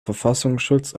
verfassungsschutz